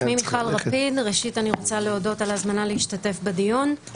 אני רוצה להודות על ההזמנה להשתתף בדיון.